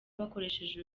bakoresheje